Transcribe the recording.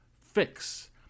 fix